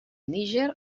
níger